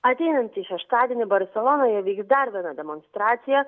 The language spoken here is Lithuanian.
ateinantį šeštadienį barselonoje vyks dar viena demonstracija